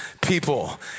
people